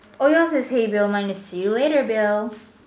oh yours is hey bill mine is see you later bill